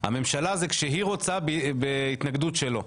הממשלה זה כשהיא רוצה בהתנגדות שלו.